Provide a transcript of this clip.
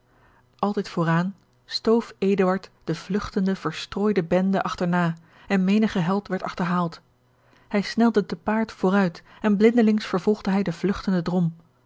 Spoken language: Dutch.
altijd vooraan stoof eduard de vlugtende verstrooide bende achterna en menige held werd achterhaald hij snelde te paard vooruit en blindelings vervolgde hij den vlugtenden drom